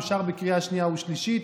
הוא אושר בקריאה שנייה ושלישית.